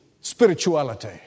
spirituality